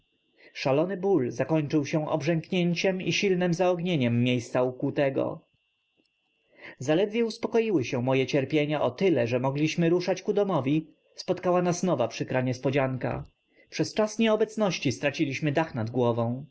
szalony ból zakończył się obrzęknięciem i silnem zaognieniem miejsca ukłutego zaledwie uspokoiły się moje cierpienia o tyle że mogliśmy ruszyć ku domowi spotkała nas nowa przykra niespodzianka przez czas nieobecności straciliśmy dach nad głową